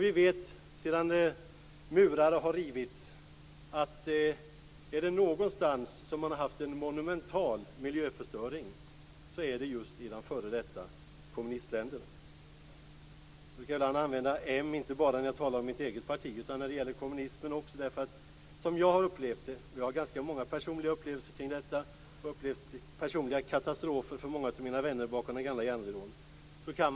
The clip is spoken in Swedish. Vi vet sedan murar har rivits att om det är någonstans som man har haft en momumental miljöförstöring, så är det just i de f.d. kommunistländerna. Jag brukar ibland använda m, inte bara när jag talar om mitt eget parti utan också när det gäller kommunismen, därför att jag har upplevt ganska många personliga katastrofer för många av mina vänner bakom den gamla järnridån.